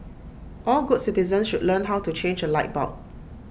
all good citizens should learn how to change A light bulb